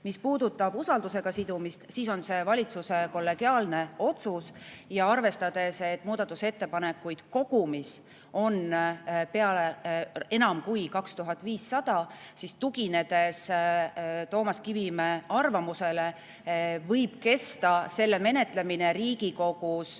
arutada. Usaldusega sidumine on valitsuse kollegiaalne otsus. Ja arvestades, et muudatusettepanekuid kogumis on enam kui 2500, siis tuginedes Toomas Kivimäe arvamusele, võib kesta selle [eelnõu] menetlemine Riigikogus